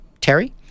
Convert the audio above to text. Terry